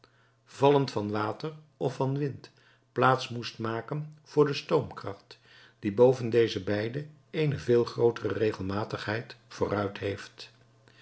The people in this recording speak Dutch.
vallend van water of van wind plaats moest maken voor de stoomkracht die boven deze beide eene veel grootere regelmatigheid vooruit heeft